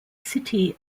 city